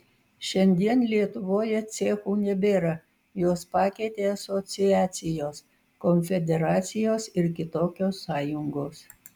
šiandien lietuvoje cechų nebėra juos pakeitė asociacijos konfederacijos ir kitokios sąjungos